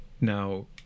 Now